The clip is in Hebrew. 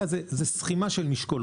אלא זאת סכימה של משקולות.